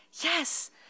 Yes